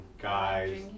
guys